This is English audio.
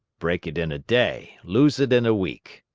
break it in a day, lose it in a week.